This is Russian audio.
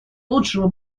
лучшего